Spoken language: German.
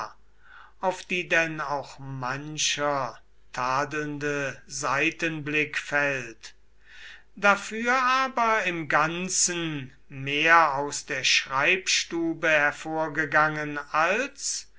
auf die denn auch mancher tadelnde seitenblick fällt dafür aber im ganzen mehr aus der schreibstube hervorgegangen als